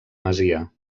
masia